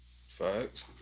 Facts